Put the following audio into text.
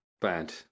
bad